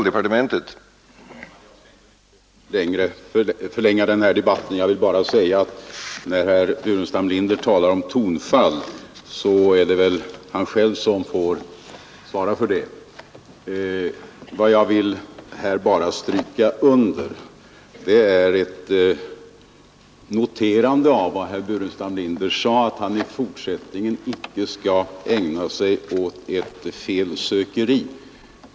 Herr talman! Jag skall inte mycket mer förlänga den här debatten. Jag vill bara säga att när herr Burenstam Linder talar om tonfall så får det väl stå för hans egen räkning. Jag vill här bara stryka under herr Burenstam Linders uttalande att han i fortsättningen icke skall ägna sig åt ett felsökeri.